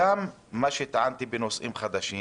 לגבי הטענה לנושאים חדשים,